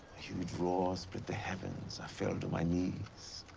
huge roar split the heavens, i fell to my knees.